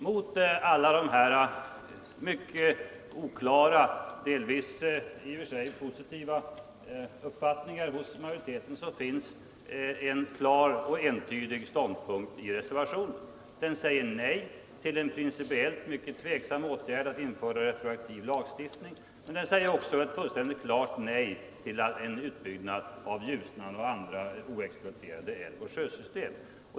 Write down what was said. Mot alla dessa mycket oklara, delvis motstridiga uppfattningar hos majoriteten står en klar och entydig ståndpunkt i reservationen. Den säger nej till den principellt mycket tveksamma åtgärden att införa retroaktiv lagstiftning, men den säger också ett klart nej till en utbyggnad av Ljusnan och andra oexploaterade älvoch sjösystem.